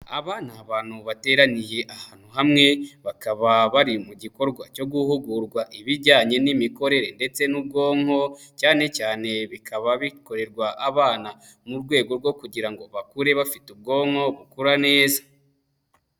Aba ni abantu bateraniye ahantu hamwe bakaba bari mu gikorwa cyo guhugurwa ibijyanye n'imikorere ndetse n'ubwonko cyane cyane bikaba bikorerwa abana mu rwego rwo kugira ngo bakure bafite ubwonko bukora neza.